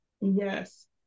Yes